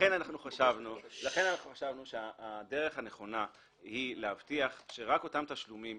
לכן חשבנו שהדרך הנכונה היא להבטיח שרק אותם תשלומים